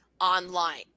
online